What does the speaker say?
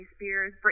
spears